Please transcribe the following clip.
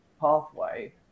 pathway